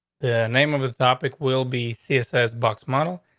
the name of the topic will be css box model.